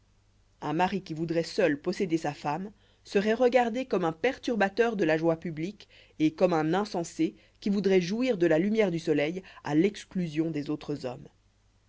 un mari qui voudroit seul posséder sa femme seroit regardé comme un perturbateur de la joie publique et comme un insensé qui voudroit jouir de la lumière du soleil à l'exclusion des autres hommes